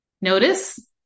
Notice